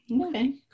Okay